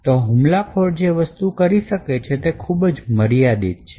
તો હુમલાખોર જે કરી શકે એ ખૂબ જ મર્યાદિત છે